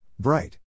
Bright